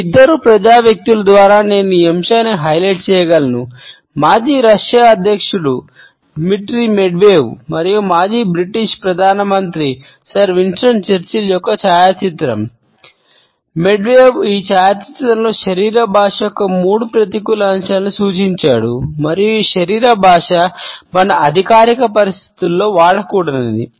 ఈ ఇద్దరు ప్రజా వ్యక్తుల ద్వారా నేను ఈ అంశాన్ని హైలైట్ ఈ ఒకే ఛాయాచిత్రంలో శరీర భాష యొక్క మూడు ప్రతికూల అంశాలను సూచించాడు మరియు ఈ శరీర భాష మన అధికారిక పరిస్థితులలో వాడకూడనిది